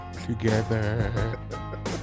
Together